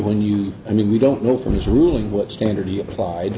when you i mean we don't know from this ruling what standard he applied